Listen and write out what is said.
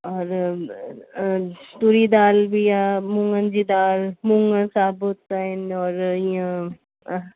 और तुरी दालि बि आहे मुंङन जी दालि मुंङ साबुत आहिनि और ईअं